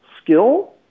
skill